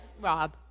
Rob